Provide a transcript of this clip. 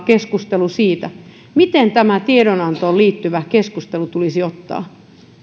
keskustelu siitä miten tämä tiedonantoon liittyvä keskustelu tulisi ottaa